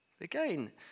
Again